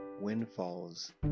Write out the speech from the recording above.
windfalls